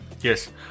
Yes